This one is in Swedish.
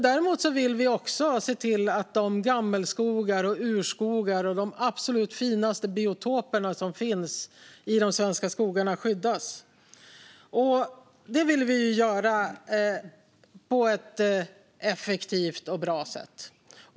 Däremot vill vi också se till att gammelskogar, urskogar och de absolut finaste biotoper som finns i de svenska skogarna skyddas. Det vill vi göra på ett effektivt och bra sätt.